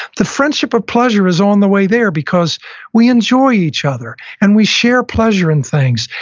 the friendship of pleasure is on the way there because we enjoy each other and we share pleasure in things.